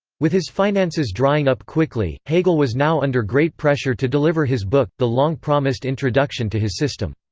with his finances drying up quickly, hegel was now under great pressure to deliver his book, the long-promised introduction to his system.